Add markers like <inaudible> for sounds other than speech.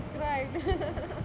I would have cried <laughs>